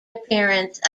appearance